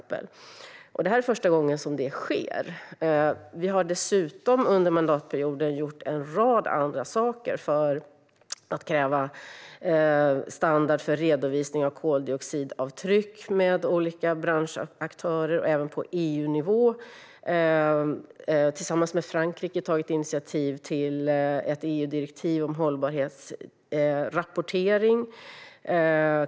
Det är första gången det sker. Under mandatperioden har vi dessutom gjort en rad andra saker för att kräva en standard för redovisning av koldioxidavtryck med olika branschaktörer. Även på EU-nivå har vi tillsammans med Frankrike tagit initiativ till ett EU-direktiv om hållbarhetsrapportering.